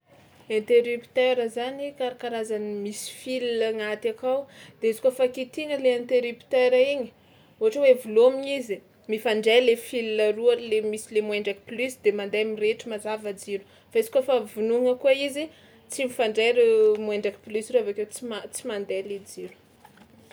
Interrupteur zany karakarazany misy fila agnaty akao de izy kaofa kitihina le interrupteur igny ohatra hoe velômina izy mifandray le fila roa le misy le moins ndraiky plus de mandeha mirehitra mazava jiro fa izy kaofa vonoigna koa izy tsy mifandray reo moins ndraiky plus reo avy akeo tsy ma- tsy mandeha le jiro.